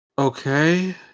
Okay